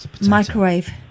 microwave